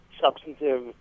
substantive